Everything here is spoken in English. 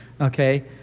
Okay